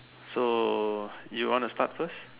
so you want to start first